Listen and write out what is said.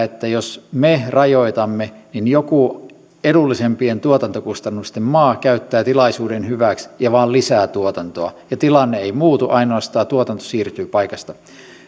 että jos me rajoitamme niin joku edullisempien tuotantokustannusten maa käyttää tilaisuuden hyväkseen ja vain lisää tuotantoa ja tilanne ei muutu ainoastaan tuotanto siirtyy paikasta